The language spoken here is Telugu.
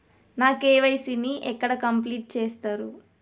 నా కే.వై.సీ ని ఎక్కడ కంప్లీట్ చేస్తరు?